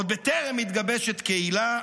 עוד בטרם מתגבשת קהילה,